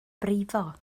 brifo